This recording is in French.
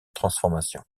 transformation